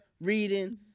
reading